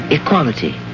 equality